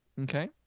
Okay